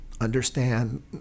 understand